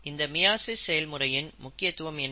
இந்த மியாசம் செயல்முறையின் முக்கியத்துவம் என்ன